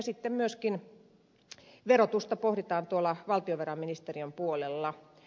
sitten myöskin verotusta pohditaan tuolla valtiovarainministeriön puolella